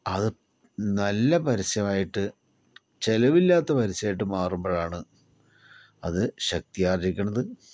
അത് നല്ല പരസ്യമായിട്ട് ചിലവില്ലാത്ത പരസ്യമായിട്ട് മാറുമ്പോഴാണ് അത് ശക്തിയാർജ്ജിക്കുന്നത്